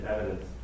evidence